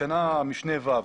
בתקנה משנה (ו),